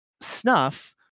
Snuff